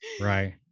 Right